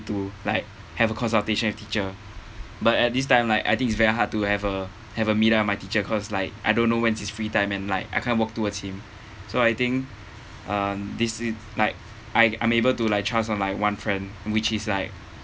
to like have a consultation with teacher but at this time like I think is very hard to have a have a meet up with my teacher cause like I don't know when's his free time and like I can't walk towards him so I think um this is like I I'm able to like trust on like one friend which is like